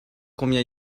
combien